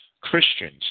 Christians